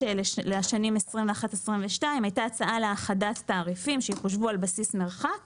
לשנים 2021-2022 הייתה הצעה להאחדת תעריפים כך שיחושבו על בסיס מרחק